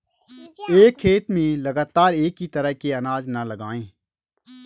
एक खेत में लगातार एक ही तरह के अनाज न लगावें